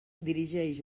dirigeix